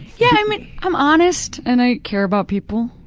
yeah, i'm and i'm honest and i care about people,